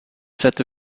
set